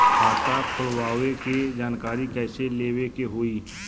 खाता खोलवावे के जानकारी कैसे लेवे के होई?